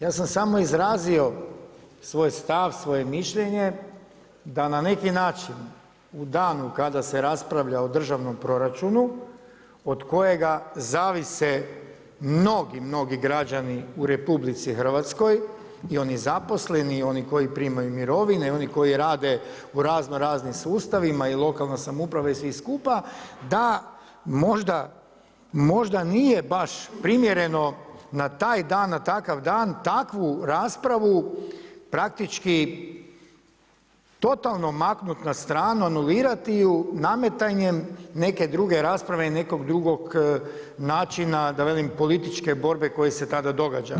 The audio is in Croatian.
Ja sam samo izrazio svoj stav, svoje mišljenje da na neki način u danu kada se raspravlja o državnom proračunu od kojega zavise mnogi, mnogi građani u RH, i oni zaposleni i oni koji primaju mirovine i oni koji rade u raznoraznim sustavima i lokalnim samoupravama i svi skupa, da možda nije baš primjereno da na taj dan, na takav dan takvu raspravu praktički totalno maknuti na stranu, anulirati ju nametanjem neke druge rasprave i nekog drugog načina, da ne velim političke borbe koja se tada događa.